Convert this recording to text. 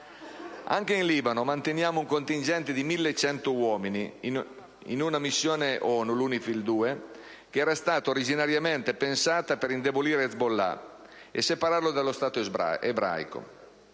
Anche in Libano manteniamo un contingente di 1.100 uomini in una missione ONU, l'UNIFIL 2, originariamente pensata per indebolire Hezbollah e separarlo dallo Stato ebraico.